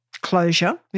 closure